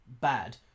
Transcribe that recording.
Bad